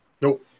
Nope